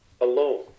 alone